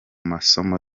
masomo